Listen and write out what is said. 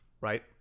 right